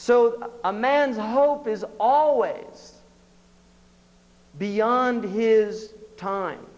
so a man hope is always beyond his time